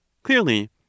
Clearly